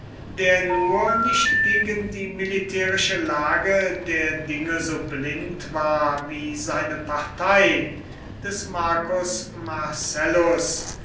der nur nicht gegen die militärische lage der dinge so blind war wie seine partei des marcus marcellus